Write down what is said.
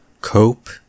Cope